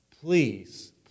please